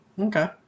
Okay